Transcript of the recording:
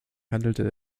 handelte